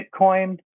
Bitcoin